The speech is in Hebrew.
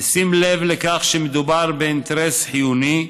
בשים לב לכך שמדובר באינטרס חיוני,